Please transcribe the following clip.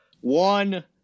One